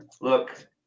Look